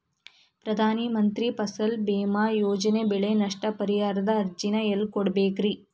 ಪ್ರಧಾನ ಮಂತ್ರಿ ಫಸಲ್ ಭೇಮಾ ಯೋಜನೆ ಬೆಳೆ ನಷ್ಟ ಪರಿಹಾರದ ಅರ್ಜಿನ ಎಲ್ಲೆ ಕೊಡ್ಬೇಕ್ರಿ?